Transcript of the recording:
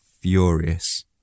furious